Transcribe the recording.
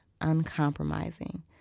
uncompromising